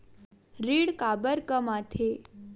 ऋण काबर कम आथे?